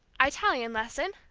italian lesson,